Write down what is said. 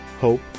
hope